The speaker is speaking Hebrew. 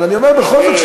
אבל אני אומר בכל זאת,